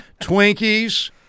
Twinkies